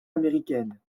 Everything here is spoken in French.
américaine